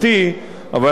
אבל אנחנו רואים כאן,